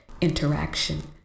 interaction